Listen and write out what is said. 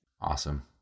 Awesome